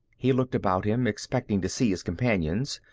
he looked about him, expecting to see his companions.